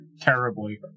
terribly